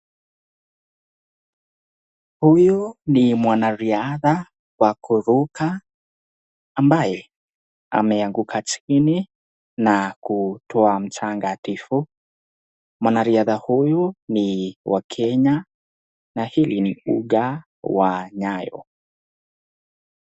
Huyu ni mwanariadha wa kuruka ambaye ameanguka chini na kutoa mchanga tifu . Mwanariadha huyu ni wa kenya na hili ni uga wa nyayo .